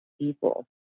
people